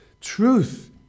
truth